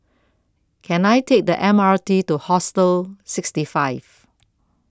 Can I Take The M R T to Hostel sixty five